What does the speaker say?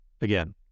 Again